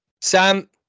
Sam